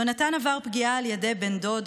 יהונתן עבר פגיעה על ידי בן דוד.